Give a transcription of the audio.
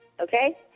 Okay